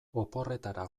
oporretara